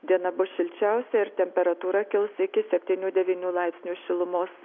diena bus šilčiausia ir temperatūra kils iki septynių devynių laipsnių šilumos